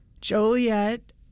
Joliet